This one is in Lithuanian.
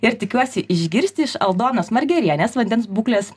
ir tikiuosi išgirsti iš aldonos margerienės vandens būklės